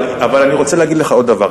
אבל אני רוצה להגיד לך עוד דבר.